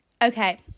Okay